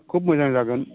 खुब मोजां जागोन